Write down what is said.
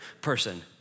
person